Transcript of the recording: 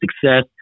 success